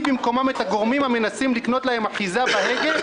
במקומם את הגורמים המנסים לקנות להם אחיזה בהגה,